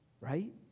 right